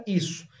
isso